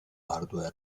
hardware